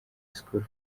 school